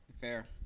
Fair